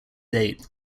date